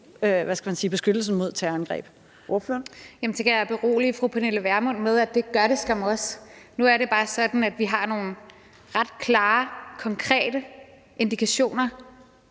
Så kan jeg berolige fru Pernille Vermund med, at det gør det skam også. Nu er det bare sådan, at vi har nogle ret klare, konkrete indikationer,